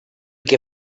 que